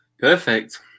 perfect